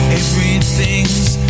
everything's